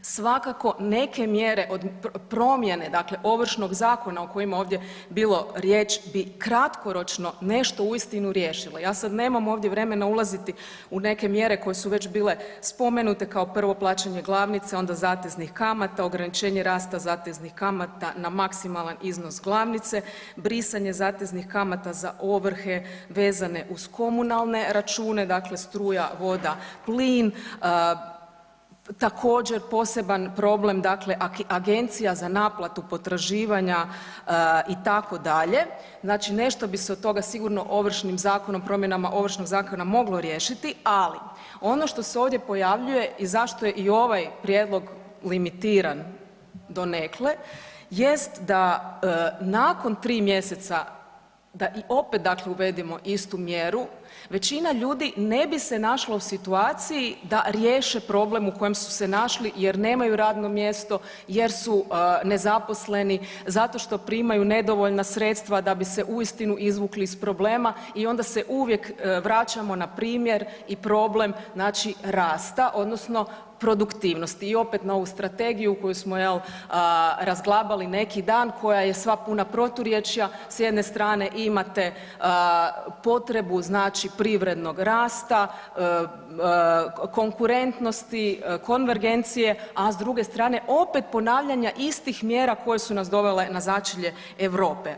Svakako neke mjere od promjene Ovršnog zakona o kojima je ovdje bilo riječ bi kratkoročno nešto uistinu riješile, ja sad nemam ovdje vremena ulaziti u neke mjere koje su već bile spomenute kao prvo plaćanje glavnice onda zateznih kamata, ograničenje rasta zateznih kamata na maksimalan iznos glavnice, brisanje zateznih kamata za ovrhe vezane uz komunalne račune, dakle struja, voda, plin, također, poseban problem dakle agencija za naplatu potraživanja, itd., znači nešto bi se od toga sigurno Ovršnim zakonom, promjenama Ovršnog zakona moglo riješiti, ali ono što se ovdje pojavljuje i zašto je i ovaj prijedlog limitiran donekle jest da nakon 3 mjeseca i da opet uvedemo istu mjeru, većina ljudi ne bi se našla u situaciji da riješe problem u kojem su se našli jer nemaju radno mjesto, jer su nezaposleni, zato što primaju nedovoljna sredstva da bi se uistinu izvukli iz problema i onda se uvijek vraćamo na primjer i problem znači, rasta, odnosno produktivnosti i opet na ovu strategiju koju smo, je li, razglabali neki dan, koja je sva puna proturječja, s jedne strane imate potrebu znači privrednog rasta, konkurentnosti, konvergencije, a s druge strane, opet ponavljanja istih mjera koje su nas dovele na začelje Europe.